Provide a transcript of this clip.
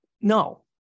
No